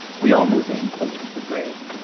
we all move in closer to the grave